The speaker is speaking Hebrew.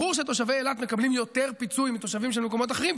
ברור שתושבי אילת מקבלים יותר פיצויים מתושבים במקומות אחרים,